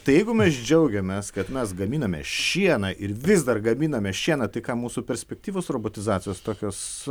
tai jeigu mes džiaugiamės kad mes gaminame šieną ir vis dar gaminame šieną tai ką mūsų perspektyvos robotizacijos tokios